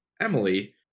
Emily